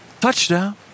Touchdown